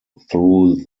through